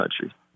country